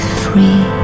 free